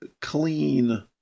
clean